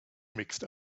mixed